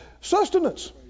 sustenance